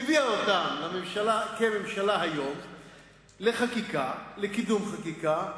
והביאה אותם כממשלה היום לקידום חקיקה.